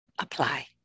apply